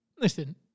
listen